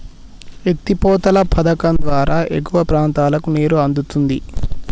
ఎత్తి పోతల పధకం ద్వారా ఎగువ ప్రాంతాలకు నీరు అందుతుంది